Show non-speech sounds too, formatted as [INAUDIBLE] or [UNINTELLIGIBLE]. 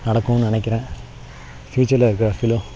நடக்கும்னு நினைக்கிறேன் ஃபியூச்சரில் [UNINTELLIGIBLE]